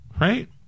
right